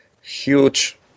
huge